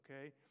okay